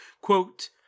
Quote